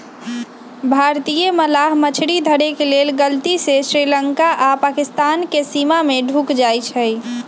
भारतीय मलाह मछरी धरे के लेल गलती से श्रीलंका आऽ पाकिस्तानके सीमा में ढुक जाइ छइ